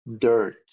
dirt